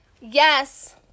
Yes